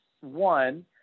one